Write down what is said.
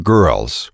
Girls